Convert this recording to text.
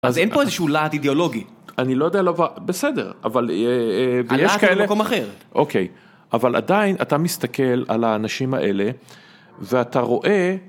אז אין פה איזה שהוא לעג אידיאולוגי. אני לא יודע למה, בסדר, אבל יש כאלה. הלעג הזה במקום אחר. אוקיי, אבל עדיין אתה מסתכל על האנשים האלה ואתה רואה.